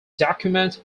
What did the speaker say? document